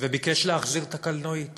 וביקש להחזיר את הקלנועית